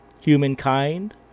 humankind